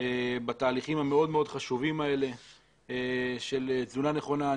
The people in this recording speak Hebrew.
בתהליכים המאוד מאוד חשובים האלה של תזונה נכונה.